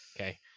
Okay